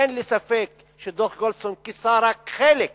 אין לי ספק שדוח-גולדסטון כיסה רק חלק